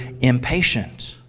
Impatient